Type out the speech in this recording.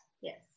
Yes